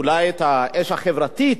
אולי את האש החברתית,